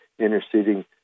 interceding